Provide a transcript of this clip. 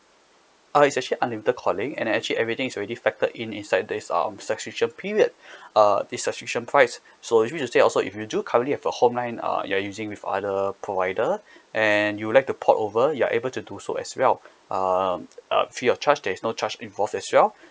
uh it's actually unlimited calling and actually everything is already factor in inside this um subscription period uh this subscription price so usually it will say also if you do currently if your home line uh you are using with other provider and you like to port over you're able to do so as well um uh free of charge there's no charge involved as well